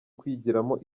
kwigiramo